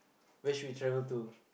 where should we travel to